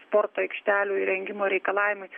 sporto aikštelių įrengimo reikalavimai